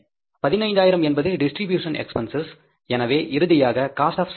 15000 என்பது distribution expenses எனவே இறுதியாக காஸ்ட் ஆப் சேல்ஸ்